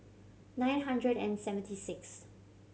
nine hundred and seventy sixth